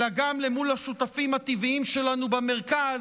אלא גם מול השותפים הטבעיים שלנו במרכז,